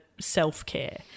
self-care